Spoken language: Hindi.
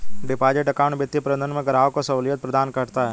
डिपॉजिट अकाउंट वित्तीय प्रबंधन में ग्राहक को सहूलियत प्रदान करता है